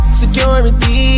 security